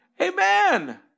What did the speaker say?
Amen